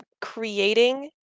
creating